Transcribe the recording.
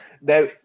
now